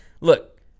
Look